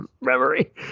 memory